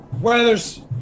Weather's